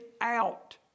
out